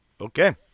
okay